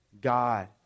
God